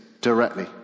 directly